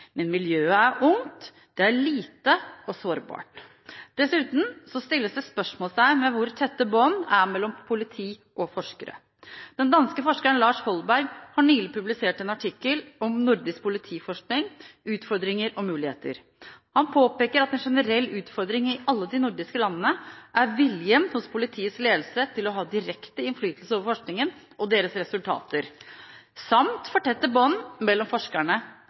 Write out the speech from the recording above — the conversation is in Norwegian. Men miljøet er ungt – det er lite og sårbart. Dessuten stilles det spørsmålstegn ved hvor tette bånd det er mellom politi og forskere. Den danske forskeren Lars Holberg har nylig publisert en artikkel om nordisk politiforskning – utfordringer og muligheter. Han påpeker at en generell utfordring i alle de nordiske landene er viljen hos politiets ledelse til å ha direkte innflytelse over forskningen og dens resultater, samt for tette bånd mellom forskerne